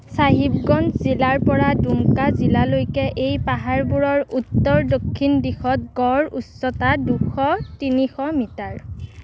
চাহিবগঞ্জ জিলাৰ পৰা ডুমকা জিলালৈকে এই পাহাৰবোৰৰ উত্তৰ দক্ষিণ দিশত গড় উচ্চতা দুশ তিনিশ মিটাৰ